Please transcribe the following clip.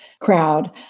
crowd